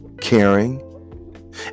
caring